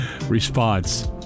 response